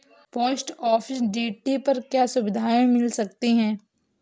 Post office TD पर क्या सुविधाएँ मिल सकती है?